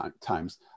times